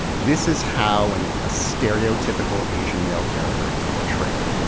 this is how and a stereotypical asian male character is portrayed.